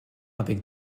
avec